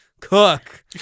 cook